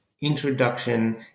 introduction